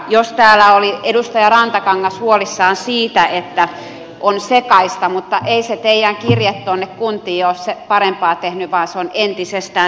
jos täällä oli edustaja rantakangas huolissaan siitä että on sekaista niin ei se teidän kirjeenne tuonne kuntiin ole parempaa tehnyt vaan se on entisestään sekoittanut tilannetta